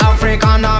African